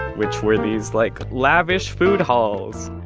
which were these, like, lavish food halls.